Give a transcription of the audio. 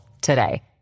today